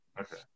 Okay